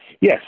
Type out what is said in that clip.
Yes